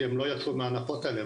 כי הם לא יצאו מההנחות האלה,